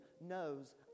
knows